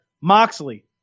Moxley